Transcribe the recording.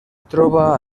troba